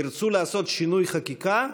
ירצו לעשות שינוי חקיקה,